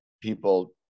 people